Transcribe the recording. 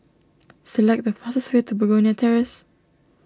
select the fastest way to Begonia Terrace